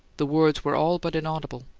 the words were all but inaudible.